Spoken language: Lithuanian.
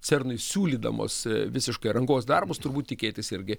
cernui siūlydamos visiškai rangos darbus turbūt tikėtis irgi